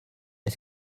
est